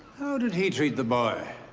how did he treat the boy?